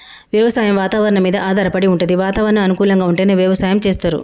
వ్యవసాయం వాతవరణం మీద ఆధారపడి వుంటది వాతావరణం అనుకూలంగా ఉంటేనే వ్యవసాయం చేస్తరు